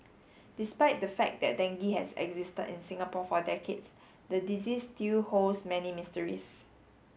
despite the fact that dengue has existed in Singapore for decades the disease still holds many mysteries